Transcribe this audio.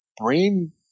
brain